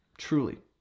Truly